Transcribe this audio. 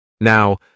Now